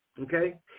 okay